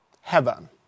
heaven